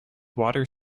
water